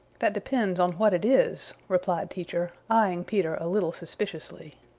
that depends on what it is, replied teacher, eyeing peter a little suspiciously.